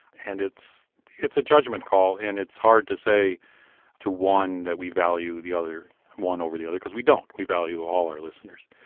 and it's it's a judgment call, and it's hard to say to one that we value the other one over the other because we don't. we value all our listeners.